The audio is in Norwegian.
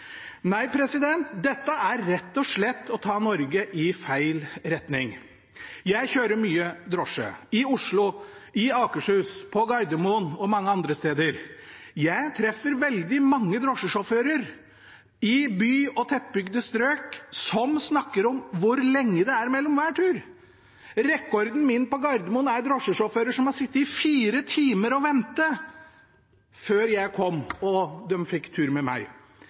dette er rett og slett å ta Norge i feil retning. Jeg kjører mye drosje, i Oslo, i Akershus, på Gardermoen og mange andre steder. Jeg treffer veldig mange drosjesjåfører som snakker om hvor lenge det er mellom hver tur. Rekorden på Gardermoen er drosjesjåfører som har ventet i fire timer